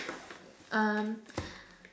um